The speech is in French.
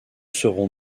seront